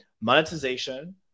Monetization